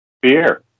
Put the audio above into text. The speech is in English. beer